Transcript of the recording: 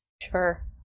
Sure